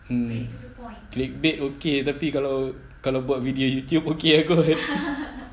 mm click bait okay tapi kalau kalau buat video YouTube okay kot